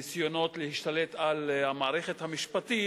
ניסיונות להשתלט על המערכת המשפטית,